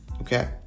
Okay